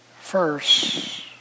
first